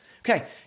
Okay